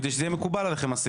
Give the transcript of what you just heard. כדי שהסעיף הזה יהיה מקובל עליכם.